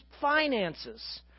finances